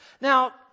Now